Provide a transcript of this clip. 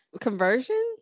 Conversion